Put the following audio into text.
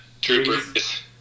Troopers